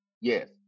Yes